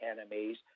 enemies